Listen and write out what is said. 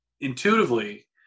intuitively